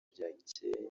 ryakeye